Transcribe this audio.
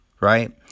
Right